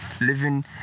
living